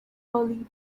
early